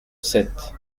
sept